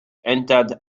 entered